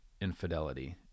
infidelity